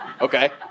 Okay